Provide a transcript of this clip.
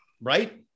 Right